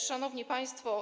Szanowni Państwo!